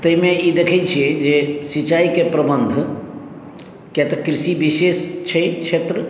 ताहि मे ई देखै छियै जे सिचाईके प्रबन्ध कियातऽ कृषि विशेष छै क्षेत्र